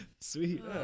Sweet